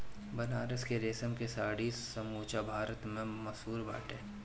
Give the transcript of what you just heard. बनारस के रेशम के साड़ी समूचा भारत में मशहूर बाटे